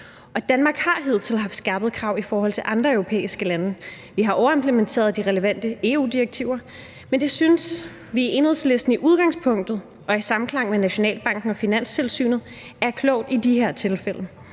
Danmark har hidtil haft skærpede krav i forhold til andre europæiske lande. Vi har overimplementeret de relevante EU-direktiver, men det synes vi i Enhedslisten i udgangspunktet og i samklang med Nationalbanken og Finanstilsynet er klogt i de her tilfælde.